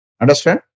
Understand